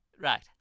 Right